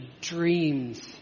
dreams